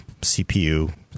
CPU